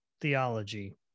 theology